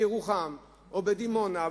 בירוחם או בדימונה,